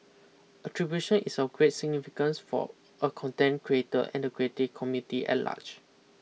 attribution is of great significance for a content creator and the creative community at large